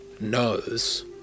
knows